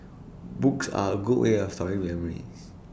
books are A good way of storing memories